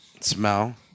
smell